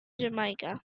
jamaica